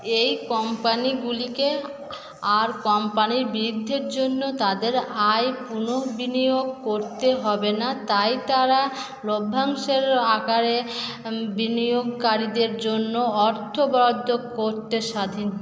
এই কোম্পানিগুলিকে আর কোম্পানির বৃদ্ধির জন্য তাদের আয় পুনঃবিনিয়োগ করতে হবে না তাই তারা লভ্যাংশের আকারে বিনিয়োগকারীদের জন্য অর্থ বরাদ্দ করতে স্বাধীন